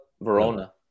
Verona